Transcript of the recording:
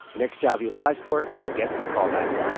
next job he applies for, he gets the callback.